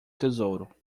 tesouro